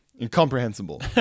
Incomprehensible